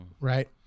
right